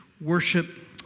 worship